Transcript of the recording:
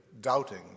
doubting